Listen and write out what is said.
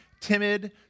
timid